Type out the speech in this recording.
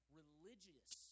religious